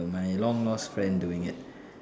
my long lost friend doing it